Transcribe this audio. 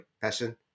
passion